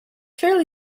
fairly